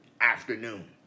afternoon